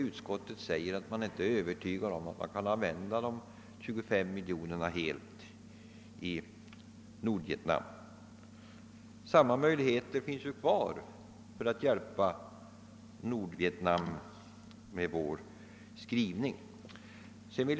Utskottet säger att det inte är övertygat om att de 25 miljonerna helt kan användas i Nordvietnam. Samma möjligheter finns ju då tydligen kvar med vår skrivning för att hjälpa Nordvietnam.